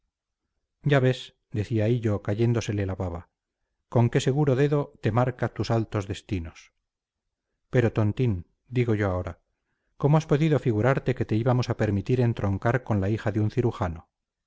ya ves decía hillo cayéndosele la baba con qué seguro dedo te marca tus altos destinos pero tontín digo yo ahora cómo has podido figurarte que te íbamos a permitir entroncar con la hija de un cirujano